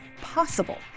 possible